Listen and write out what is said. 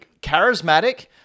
charismatic